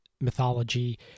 mythology